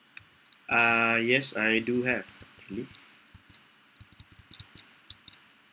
uh yes I do have actually